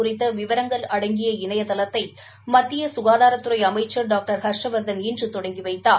குறித்த விவரங்கள் அடங்கிய இணையதளத்தை மத்திய சுகாதாரத்துறை அமச்சர் டாங்டர் ஹர்ஷவர்தன் இன்று தொடங்கி வைத்தார்